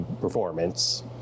performance